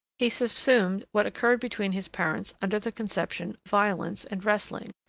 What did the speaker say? he subsumed what occurred between his parents under the conception violence and wrestling,